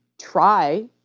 try